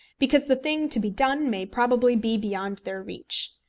because the thing to be done may probably be beyond their reach.